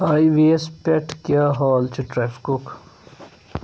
High وے یَس پیٚٹھ کیٛاہ حال چھُ ٹرٛیفِکُک ؟